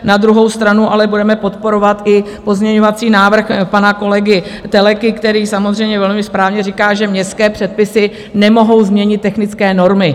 Na druhou stranu ale budeme podporovat i pozměňovací návrh pana kolegy Telekyho, který samozřejmě velmi správně říká, že městské předpisy nemohou změnit technické normy.